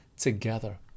together